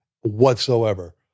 whatsoever